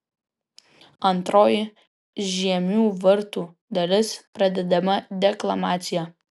antroji žiemių vartų dalis pradedama deklamacija